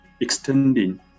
extending